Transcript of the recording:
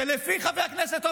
חבר הכנסת קריב,